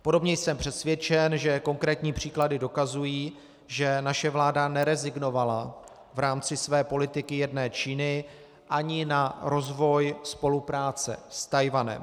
Podobně jsem přesvědčen, že konkrétní příklady dokazují, že naše vláda nerezignovala v rámci své politiky jedné Číny ani na rozvoj spolupráce s Tchajwanem.